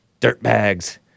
dirtbags